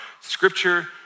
scripture